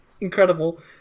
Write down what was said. Incredible